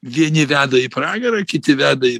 vieni veda į pragarą kiti veda į